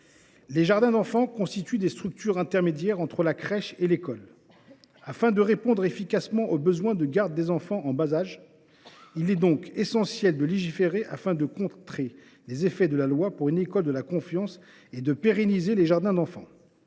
Les jardins d’enfants constituent des structures intermédiaires entre la crèche et l’école, qui répondent efficacement aux besoins de garde des enfants en bas âge. Il était donc essentiel de légiférer afin de contrer les effets de la loi pour une école de la confiance et de pérenniser ces structures.